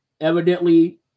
Evidently